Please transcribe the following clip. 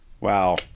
Wow